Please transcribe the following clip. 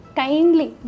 kindly